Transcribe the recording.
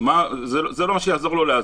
ככה שזה לא מה שיעזור לו להזים.